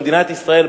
במדינת ישראל,